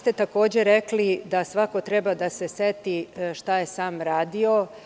Takođe ste rekli da svako treba da se seti šta je sam radio.